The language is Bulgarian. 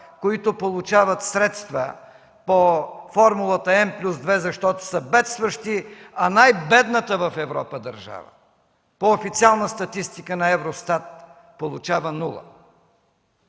които получават средства по формулата „N+2” защото са бедстващи, а най-бедната в Европа държава по официална статистика на ЕВРОСТАТ получава нула.